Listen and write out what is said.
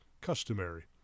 customary